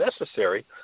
necessary